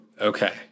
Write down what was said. Okay